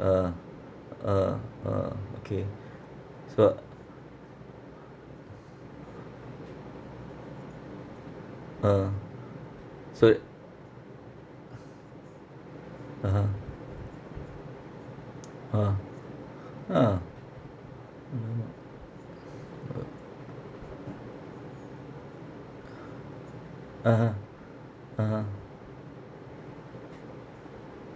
ah ah ah okay so ah so (uh huh) ah ah mm (uh huh) (uh huh)